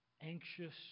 anxious